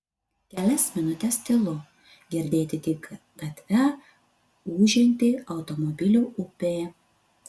kelias minutes tylu girdėti tik gatve ūžianti automobilių upė